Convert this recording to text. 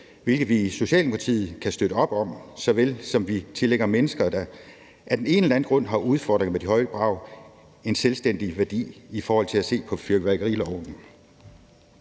hvilket vi i Socialdemokratiet kan støtte op om, lige såvel som vi tillægger mennesker, der af den ene eller den anden grund har udfordringer med de høje brag, en selvstændig værdi i forhold til at se på fyrværkeriloven.